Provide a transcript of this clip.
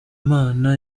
imana